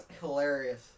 hilarious